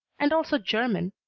and also german,